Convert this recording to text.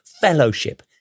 fellowship